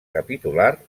capitular